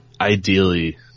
Ideally